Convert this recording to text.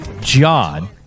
John